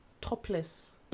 topless